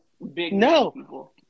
No